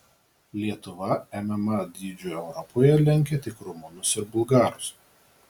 lietuva mma dydžiu europoje lenkia tik rumunus ir bulgarus